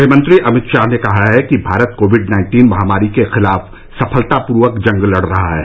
गृह मंत्री अमित शाह ने कहा है कि भारत कोविड नाइन्टीन महामारी के खिलाफ सफलतापूर्वक जंग लड़ रहा है